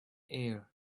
air